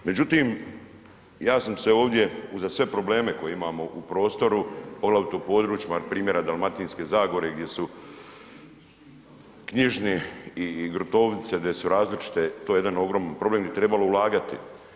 Međutim, ja sam se ovdje uza sve probleme koje imamo u prostoru, poglavito u područjima primjera Dalmatinske Zagore gdje su knjižni i gruntovnice gdje su različite, to je jedan ogroman problem i trebalo bi ulagati.